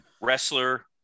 Wrestler